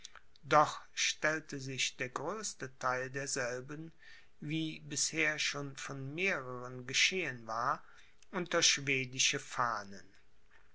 doch stellte sich der größte theil derselben wie bisher schon von mehreren geschehen war unter schwedische fahnen